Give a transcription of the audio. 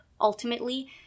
ultimately